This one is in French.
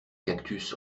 cactus